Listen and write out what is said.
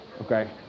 Okay